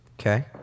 Okay